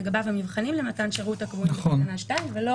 לגביו המבחנים למתן שירות הקבועים בתקנה 2 ולא